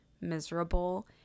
miserable